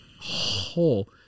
whole